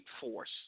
force